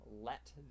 let